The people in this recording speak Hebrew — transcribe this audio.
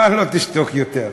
מה לא תשתוק יותר?